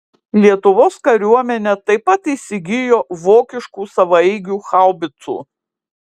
lietuvos kariuomenė taip pat įsigijo vokiškų savaeigių haubicų